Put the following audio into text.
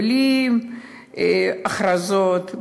בלי הכרזות,